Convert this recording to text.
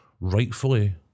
rightfully